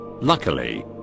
Luckily